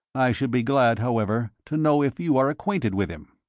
i should be glad, however, to know if you are acquainted with him?